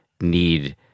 need